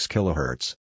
Kilohertz